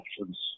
options